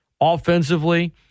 offensively